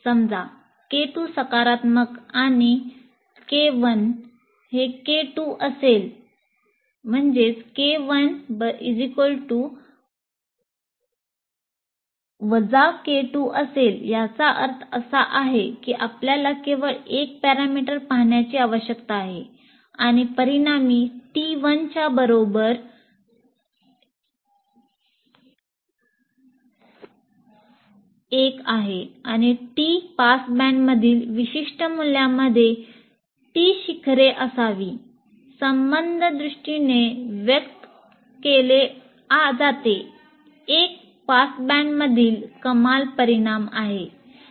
समजा K2 सकारात्मक आणि K 1 K 2 असेल याचा अर्थ असा आहे की आपल्याला केवळ एक पॅरामीटर पहाण्याची आवश्यकता आहे आणि परिणामी T1 च्या बरोबरी T1 च्या बरोबरी 1 आणि T पासबँडमधील कमाल परिमाण आहे